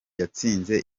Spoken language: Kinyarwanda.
yatsinze